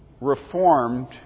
reformed